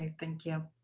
thank you.